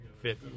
Fit